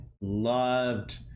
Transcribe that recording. loved